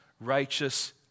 righteous